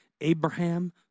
Abraham